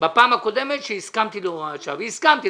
בפעם הקודמת כשהסכמתי להוראת שעה והסכמתי.